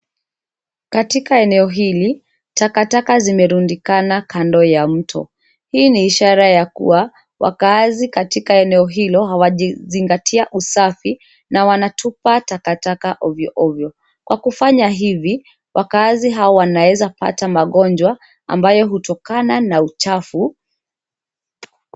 Katika eneo hili, takataka zimerundikana kando ya mto. Hii ni ishara ya kuwa wakaazi katika eneo hilo hawajazingatia usafi na wanatupa takataka ovyoovyo. Kwa kufanya hivi, wakaazi hawa wanaweza pata magonjwa ambayo hutokana na uchafu.